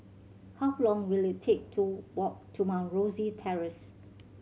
how long will it take to walk to Mount Rosie Terrace